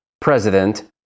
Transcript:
President